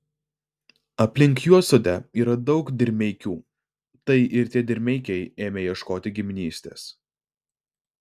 aplink juodsodę yra daug dirmeikių tai ir tie dirmeikiai ėmė ieškoti giminystės